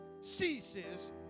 ceases